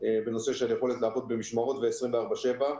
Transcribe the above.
בנושא של יכולת לעבוד במשמרות ו-24/7,